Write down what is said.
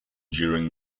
during